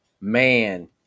man